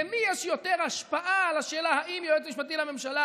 למי יש יותר השפעה על השאלה אם יועץ משפטי לממשלה